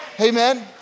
amen